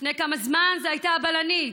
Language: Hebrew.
לפני כמה זמן זאת הייתה הבלנית,